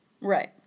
Right